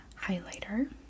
highlighter